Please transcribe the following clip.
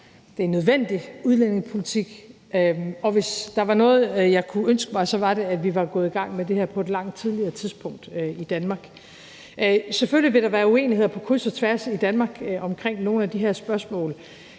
det er en nødvendig udlændingepolitik, og hvis der var noget, jeg kunne ønske mig, var det, at vi var gået i gang med det her på et langt tidligere tidspunkt i Danmark. Selvfølgelig vil der være uenigheder på kryds og tværs i Danmark om nogle af de her spørgsmål.